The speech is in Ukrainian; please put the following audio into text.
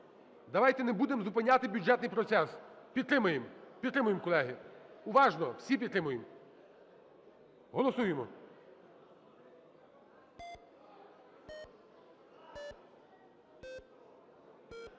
Давайте не будемо зупиняти бюджетних процес. Підтримуємо. Підтримуємо, колеги. Уважно, всі підтримуємо. Голосуємо.